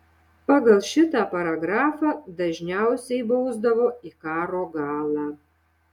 pagal šitą paragrafą dažniausiai bausdavo į karo galą